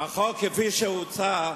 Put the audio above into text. החוק כפי שהוצע,